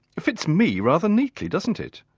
it fits me rather neatly, doesn't it.